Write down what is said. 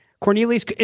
Cornelius